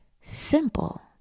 Simple